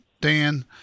Dan